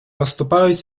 поступают